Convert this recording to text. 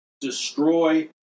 destroy